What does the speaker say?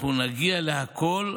אנחנו נגיע לכול,